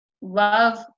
love